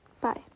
Bye